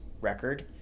record